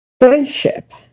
friendship